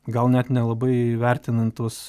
gal net nelabai įvertinant tuos